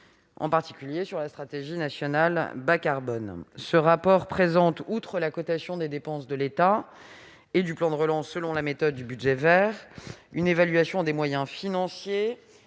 en particulier sur la stratégie nationale bas carbone. Ce rapport présente, outre la cotation des dépenses de l'État et du plan de relance, selon la méthode du « budget vert », une évaluation des moyens financiers